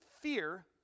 fear